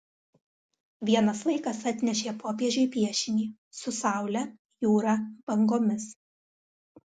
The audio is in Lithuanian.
vienas vaikas atnešė popiežiui piešinį su saule jūra bangomis